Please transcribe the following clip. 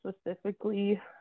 specifically